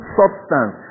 substance